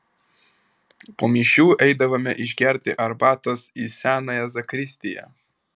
po mišių eidavome išgerti arbatos į senąją zakristiją